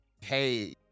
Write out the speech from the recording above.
hey